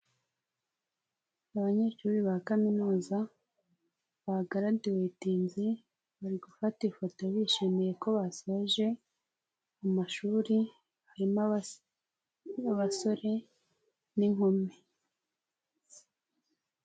Abanyeshuri ba kaminuza bagaraduwetinze bari gufata ifoto bishimiye ko basoje mu mashuri harimo abasore n'inkumi.